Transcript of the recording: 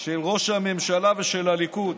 של ראש הממשלה ושל הליכוד,